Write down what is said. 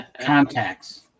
contacts